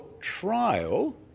trial